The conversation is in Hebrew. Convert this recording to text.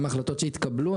גם ההחלטות שהתקבלו,